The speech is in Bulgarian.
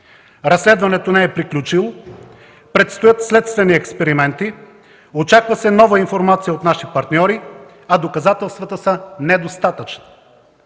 Разследването не е приключило, предстоят следствени експерименти, очаква се нова информация от наши партньори, а доказателствата са недостатъчни.